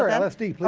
lsd,